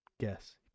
Guess